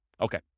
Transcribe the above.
Okay